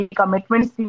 commitments